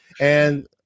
And-